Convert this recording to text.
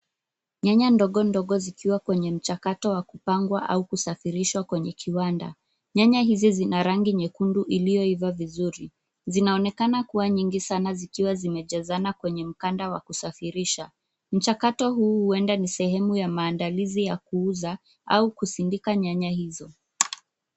Nyanya ndogo ndogo zikiwa kwenye mchakato wa kupangwa au kusafirishwa kwenye kiwanda. Nyanya hizi zina rangi nyekundu iliyoiva vizuri. Zinaonekana kuwa nyingi sana, zikiwa zimejazana kwenye mkanda wa kusafirisha. Mchakato huu huenda ni sehemu ya maandalizi ya kuuza au kusindika nyanya hizo.